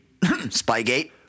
Spygate